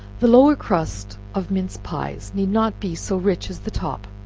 the lower crust of mince pies need not be so rich as the top